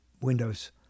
Windows